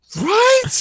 right